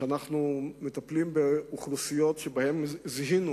אמרתי שאנחנו מטפלים באוכלוסיות שזיהינו